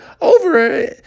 over